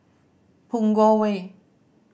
Punggol Way